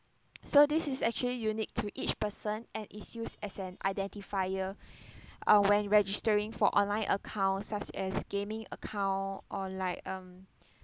so this is actually unique to each person and is used as an identifier uh when registering for online accounts such as gaming account or like um